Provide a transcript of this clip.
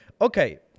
Okay